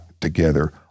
together